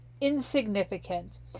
insignificant